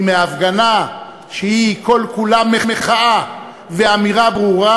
אם מהפגנה שהיא כל כולה מחאה ואמירה ברורה,